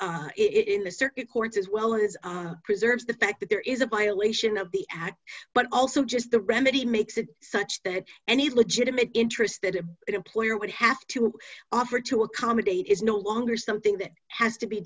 it in the circuit courts as well as preserves the fact that there is a violation of the but also just the remedy makes it such that any legitimate interest that it employer would have to offer to accommodate is no longer something that has to be